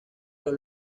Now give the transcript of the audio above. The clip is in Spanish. los